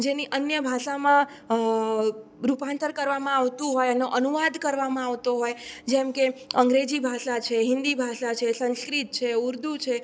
જેની અન્ય ભાષામાં રૂપાંતર કરવામાં આવતું હોય એનો અનુવાદ કરવામાં આવતો હોય જેમકે અંગ્રેજી ભાષા છે હિન્દી ભાષા છે સંસ્કૃત છે ઉર્દૂ છે